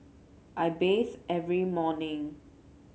I bathe every morning